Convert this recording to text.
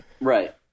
right